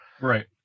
Right